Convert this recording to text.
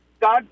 God